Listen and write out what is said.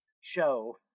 show